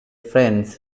friends